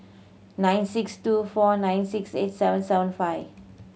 nine six two four nine six eight seven seven five